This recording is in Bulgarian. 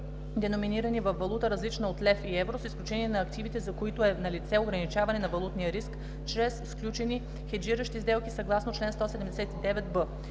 деноминирани във валута, различна от лев и евро, с изключение на активите, за които е налице ограничаване на валутния риск чрез сключени хеджиращи сделки съгласно чл. 179б.